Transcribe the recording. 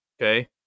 Okay